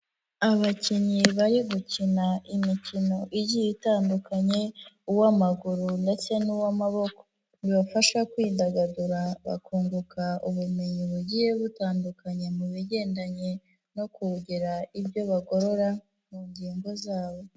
Abakinnyi bari gukina imikino igiye itandukanye, uw'amaguru ndetse n'uw'amaboko. Bibafasha kwidagadura bakunguka ubumenyi bugiye butandukanye mu bigendanye no kugira ibyo bagorora mu ngingo zabo.